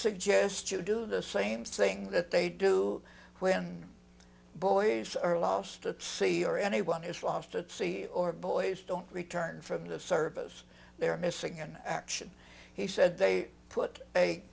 suggest you do the same thing that they do when boys are lost at sea or anyone is lost at sea or boys don't return from the service they are missing in action he said they put a